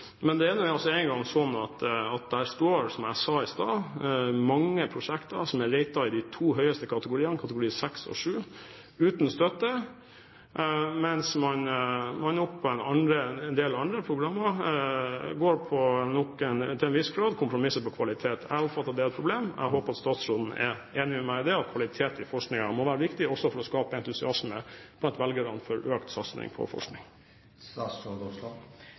i de to høyeste kategoriene – kategori 6 og 7 – uten støtte, mens man når det gjelder en del andre programmer, til en viss grad kompromisser på kvalitet. Jeg oppfatter at det er et problem, og jeg håper statsråden er enig med meg i at kvalitet i forskningen må være viktig, også for å skape entusiasme blant velgerne for økt satsing på